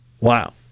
Wow